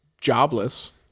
jobless